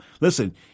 listen –